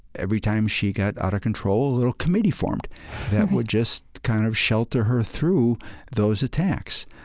every time she got out of control, a little committee formed that would just kind of shelter her through those attacks.